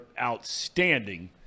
outstanding